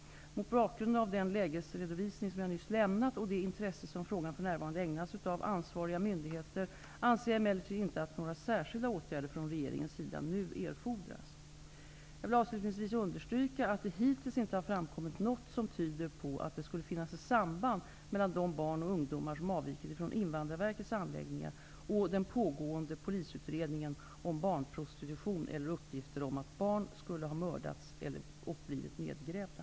Mot bakgrund av den lägesredovisning jag nyss lämnat och det intresse som frågan för närvarande ägnas av ansvariga myndigheter anser jag emellertid inte att några särskilda åtgärder från regeringens sida nu erfordras. Jag vill avslutningsvis understryka att det hittills inte har framkommit något som tyder på att det skulle finnas ett samband mellan de barn och ungdomar som avvikit från Invandrarverkets anläggningar och den pågående polisutredningen om barnprostitution eller uppgifter om att barn skulle ha mördats och blivit nedgrävda.